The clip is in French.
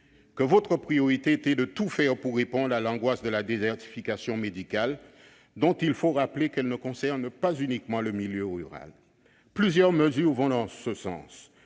que votre priorité était de tout faire pour répondre à l'angoisse de la désertification médicale, dont il faut rappeler qu'elle ne concerne pas uniquement le milieu rural. Plusieurs mesures vont dans ce sens